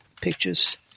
pictures